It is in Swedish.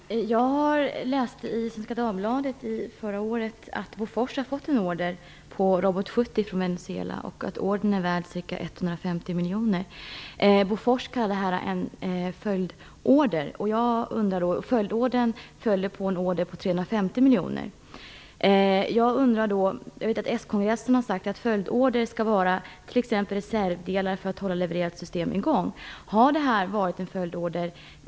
Herr talman! Jag läste i Svenska Dagbladet förra året att Bofors hade fått en order på Robot 70 från Venezuela och att denna order var värd ca 150 miljoner. Bofors kallade detta för en följdorder, och den följde på en order som uppgick till 350 miljoner. Jag vet att enligt s-kongressen skall en följdorder gälla t.ex. reservdelar för att hålla levererat system i gång. Var det här en följdorder?